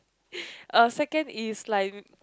uh second is like